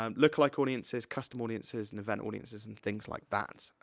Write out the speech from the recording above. um lookalike audiences, custom audiences, and event audiences, and things like that.